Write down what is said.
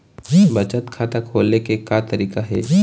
बचत खाता खोले के का तरीका हे?